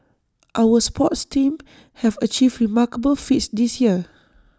our sports teams have achieved remarkable feats this year